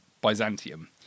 Byzantium